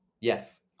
Yes